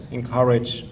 encourage